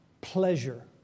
pleasure